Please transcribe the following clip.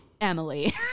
Emily